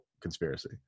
conspiracy